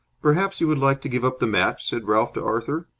perhaps you would like to give up the match? said ralph to arthur.